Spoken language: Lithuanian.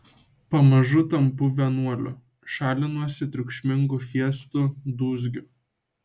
pamažu tampu vienuoliu šalinuosi triukšmingų fiestų dūzgių